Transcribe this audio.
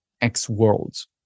X-Worlds